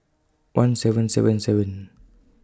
one seven seven seven